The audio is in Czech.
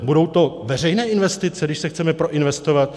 Budou to veřejné investice, když se chceme proinvestovat?